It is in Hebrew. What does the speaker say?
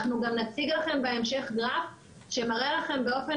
אנחנו גם נציג לכם בהמשך גרף שמראה באופן